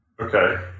Okay